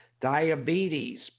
diabetes